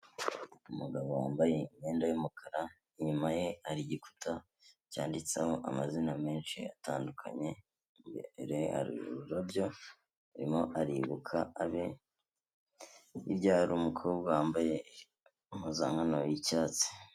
Umugabo wambaye imyenda y'umukara inyuma ye hari igikuta cyanditseho amazina menshi atandukanye, imbere hari ururabyo arimo aribuka abe, hirya hari umukobwa wambaye impuzankano y'icyatsi.